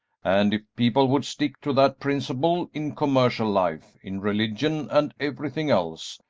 and if people would stick to that principle in commercial life, in religion, and everything else,